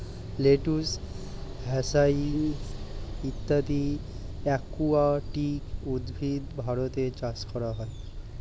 lettuce, hyacinth ইত্যাদি aquatic উদ্ভিদ ভারতে চাষ করা হয়